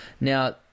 Now